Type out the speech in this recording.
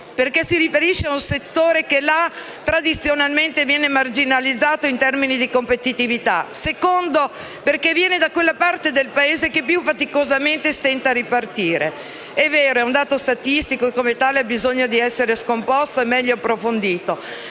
perché si riferisce ad un settore che là tradizionalmente viene marginalizzato in termini di competitività, sia perché viene da quella parte del Paese che più faticosamente stenta a ripartire. È vero, si tratta di un dato statistico e, come tale, ha bisogno di essere scomposto e meglio approfondito,